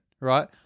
right